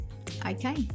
Okay